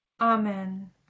Amen